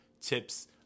tips